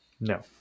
No